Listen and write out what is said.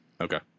Okay